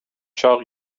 چاق